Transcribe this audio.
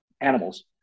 animals